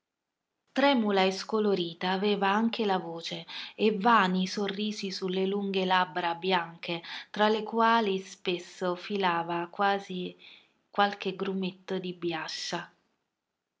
tremula e scolorita aveva anche la voce e vani i sorrisi su le lunghe labbra bianche tra le quali spesso filava qualche grumetto di biascia